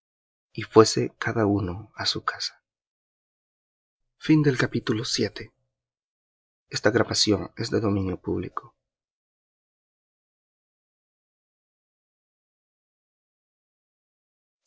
y fuése cada uno á su casa